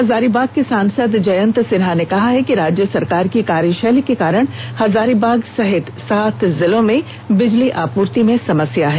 हजारीबाग के सांसद जयंत सिन्हा ने कहा है कि राज्य सरकार की कार्यशैली के कारण हजारीबाग सहित सात जिलों में बिजली आपूर्ति में समस्या है